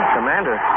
Commander